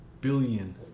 billion